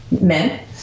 men